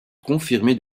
confirmé